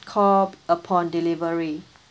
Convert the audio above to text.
call upon delivery